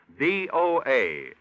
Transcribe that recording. DOA